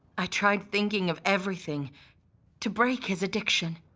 i tried thinking of everything to break his addiction.